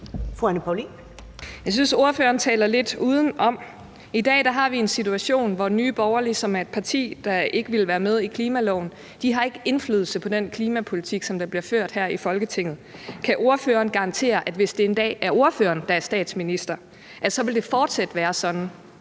Jeg synes, ordføreren taler lidt udenom. I dag har vi en situation, hvor Nye Borgerlige, som er et parti, der ikke vil være med i aftalen om klimaloven, ikke har indflydelse på den klimapolitik, der bliver ført her i Folketinget. Kan ordføreren garantere, at hvis det en dag er ordføreren, der er statsminister, vil det fortsat være sådan,